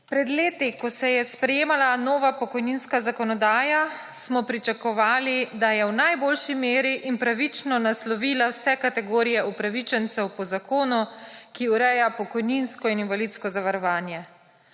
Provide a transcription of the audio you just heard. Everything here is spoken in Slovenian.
Pred leti, ko se je sprejemala nova pokojninska zakonodaja, smo pričakovali, da je v najboljši meri in pravično naslovila vse kategorije upravičencev po zakonu, ki ureja pokojninsko in invalidsko zavarovanje.